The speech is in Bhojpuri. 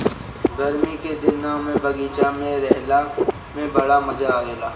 गरमी के दिने में बगीचा में रहला में बड़ा मजा आवेला